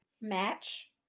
match